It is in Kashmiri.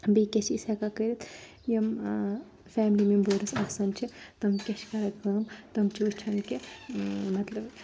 بیٚیہِ کیاہ چھِ أسۍ ہؠکان کٔرِتھ یِم فیملی میٚمبٲرٕس آسان چھِ تِم کیاہ چھِ کَران کٲم تِم چھِ وٕچھان کہِ مطلب